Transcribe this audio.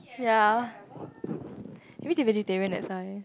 ya maybe they vegetarian that's why